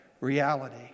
reality